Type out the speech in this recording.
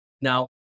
Now